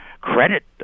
credit